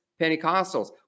Pentecostals